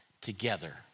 together